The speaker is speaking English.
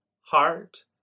heart